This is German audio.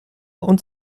und